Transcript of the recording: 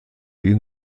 ihn